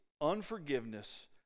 unforgiveness